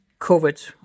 COVID